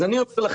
אז אני --- לכם,